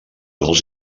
dels